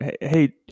Hey